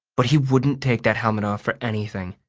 but he wouldn't take that helmet off for anything.